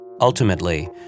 Ultimately